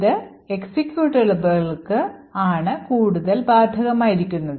ഇത് എക്സിക്യൂട്ടബിളുകൾക്ക് ആണ് കൂടുതൽ ബാധകമായിരിക്കുന്നത്